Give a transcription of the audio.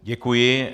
Děkuji.